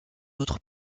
autres